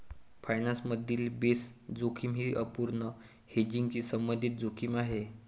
finance मधील base जोखीम ही अपूर्ण हेजिंगशी संबंधित जोखीम आहे